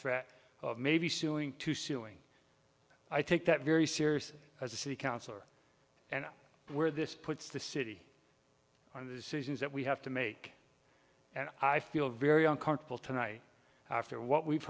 threat of maybe suing to suing i take that very seriously as a city councillor and where this puts the city on the decisions that we have to make and i feel very uncomfortable tonight after what we've